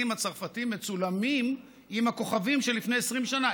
הצרפתים מצולמים עם הכוכבים של לפני 20 שנה.